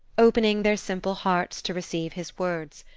opening their simple hearts to receive his words.